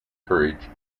courage